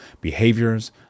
behaviors